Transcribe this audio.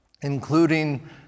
including